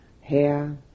Hair